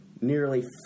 nearly